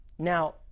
Now